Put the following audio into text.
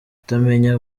kutamenya